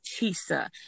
chisa